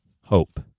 Hope